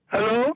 Hello